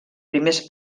primers